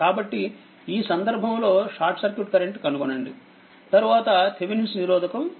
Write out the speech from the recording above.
కాబట్టిఈ సందర్భంలో short circuit current కనుగొనండి తర్వాత థేవినిన్స్ నిరోధకము కనుగొనండి